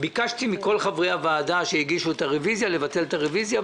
ביקשתי מכל חברי הוועדה שהגישו את הרביזיה לבטל את הרביזיה,